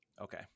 Okay